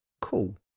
cool